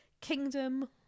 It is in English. Kingdom